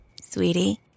Sweetie